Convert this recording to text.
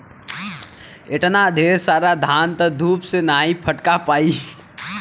एतना ढेर सारा धान त सूप से नाहीं फटका पाई